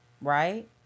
Right